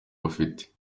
bafite